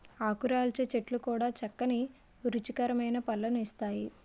ఆకురాల్చే చెట్లు కూడా చక్కని రుచికరమైన పళ్ళను ఇస్తాయి